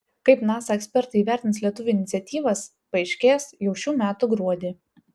kaip nasa ekspertai įvertins lietuvių iniciatyvas paaiškės jau šių metų gruodį